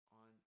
on